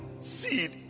seed